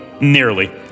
nearly